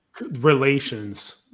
relations